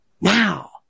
now